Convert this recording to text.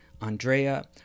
Andrea